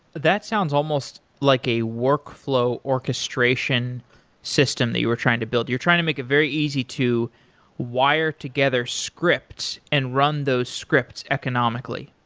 that sounds almost like a workflow orchestration system that you were trying to build. you're trying to make it very easy to wire together scripts and run those scripts economically.